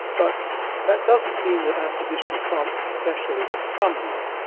but that doesn't mean that our position can't be special in some way.